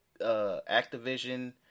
Activision